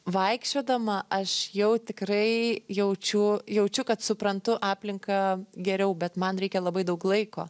vaikščiodama aš jau tikrai jaučiu jaučiu kad suprantu aplinką geriau bet man reikia labai daug laiko